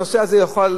הנושא הזה יוכל,